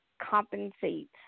compensate